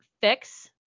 fix